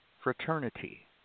fraternity